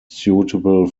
suitable